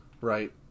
Right